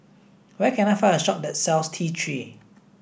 where can I find a shop that sells T three